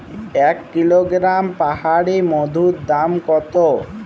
এক কিলোগ্রাম পাহাড়ী মধুর দাম কত?